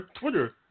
Twitter